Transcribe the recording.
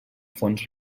fons